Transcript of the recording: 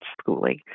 schooling